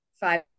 five